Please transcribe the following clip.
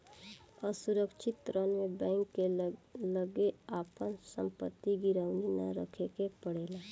असुरक्षित ऋण में बैंक के लगे आपन संपत्ति गिरवी ना रखे के पड़ेला